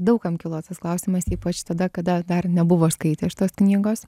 daug kam kilo tas klausimas ypač tada kada dar nebuvo skaitę šitos knygos